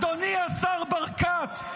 אדוני השר ברקת,